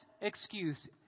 excuse